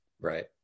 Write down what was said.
Right